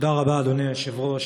תודה רבה, אדוני היושב-ראש.